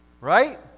right